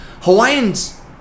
Hawaiians